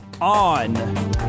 on